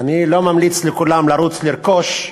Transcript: אני לא ממליץ לכולם לרוץ לרכוש,